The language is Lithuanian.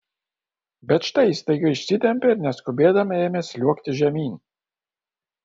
bet štai ji staiga išsitempė ir neskubėdama ėmė sliuogti žemyn